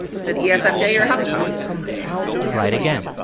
said yeah said you're a hufflepuff right again,